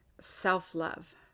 self-love